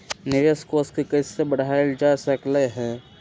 निवेश कोष के कइसे बढ़ाएल जा सकलई ह?